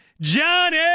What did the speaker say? Johnny